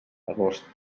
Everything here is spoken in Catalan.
agost